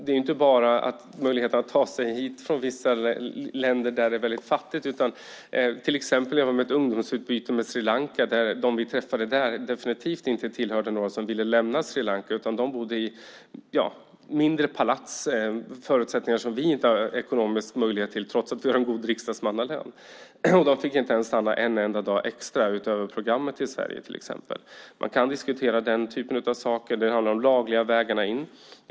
Det är inte bara möjligheten att ta sig hit från vissa länder där det är väldigt fattigt. Jag var till exempel med i ett ungdomsutbyte med Sri Lanka där de vi träffade definitivt inte tillhörde några som ville lämna Sri Lanka. De bodde i mindre palats och under förutsättningar som vi inte har ekonomisk möjlighet till, trots att vi har en god riksdagsmannalön. De fick till exempel inte ens stanna en enda dag extra utöver programmet i Sverige. Man kan diskutera den typen av saker. Det handlar om de lagliga vägarna in.